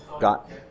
got